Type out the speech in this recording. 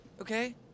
Okay